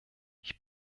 ich